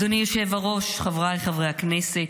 אדוני היושב-ראש, חבריי חברי הכנסת,